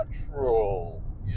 natural